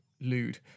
lewd